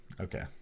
Okay